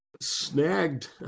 snagged